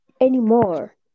anymore